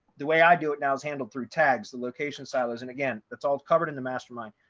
the way i do it now is handled through tags, the location silos. and again, that's all covered in the mastermind.